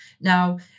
now